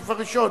הסעיף הראשון?